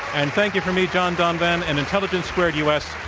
and thank you from me, john donvan, and intelligence squared u. s.